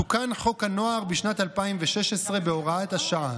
תוקן חוק הנוער בשנת 2016 בהוראת השעה.